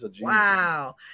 Wow